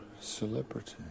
celebrity